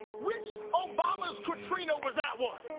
which obama's katrina was that one?